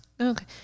Okay